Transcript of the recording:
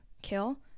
Kill